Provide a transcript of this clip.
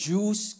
Jews